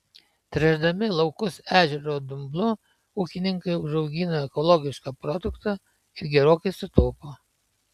tręšdami laukus ežero dumblu ūkininkai užaugina ekologišką produktą ir gerokai sutaupo